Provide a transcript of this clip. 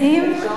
אני שואלת.